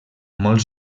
molt